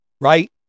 Right